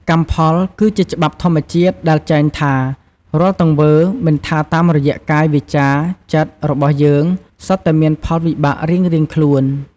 កម្មផលគឺជាច្បាប់ធម្មជាតិដែលចែងថា រាល់ទង្វើ មិនថាតាមរយៈ កាយ វាចា ចិត្ត របស់យើង សុទ្ធតែមានផលវិបាករៀងៗខ្លួន។